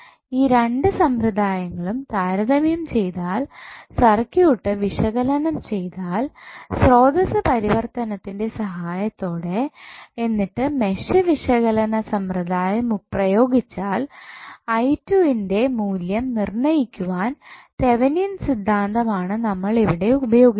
ഈ രണ്ട് സമ്പ്രദായങ്ങളും താരതമ്യം ചെയ്താൽ സർക്യൂട്ട് വിശകലനം ചെയ്താൽ സ്രോതസ്സ് പരിവർത്തനത്തിൻ്റെ സഹായത്തോടെഎന്നിട്ട് മെഷ് വിശകലനസമ്പ്രദായം പ്രയോഗിച്ചാൽ ൻ്റെ മൂല്യം നിർണ്ണയിക്കുവാൻ തെവനിയൻ സിദ്ധാന്തം ആണ് നമ്മൾ ഇവിടെ ഉപയോഗിച്ചത്